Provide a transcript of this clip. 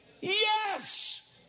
Yes